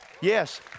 Yes